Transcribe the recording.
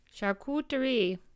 charcuterie